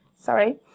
sorry